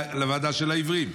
לוועדה של העיוורים,